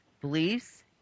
beliefs